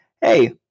hey